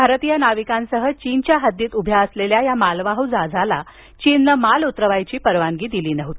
भारतीय नाविकांसह चीनच्या हद्दीत उभ्या असलेल्या या मालवाहू जहाजाला चीननं माल उतरवायची परवानगी दिलेली नव्हती